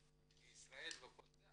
בני ישראל וכל זה,